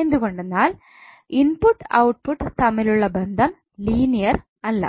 എന്തുകൊണ്ടെന്നാൽ input output തമ്മിലുള്ള ബന്ധം ലീനിയർ അല്ല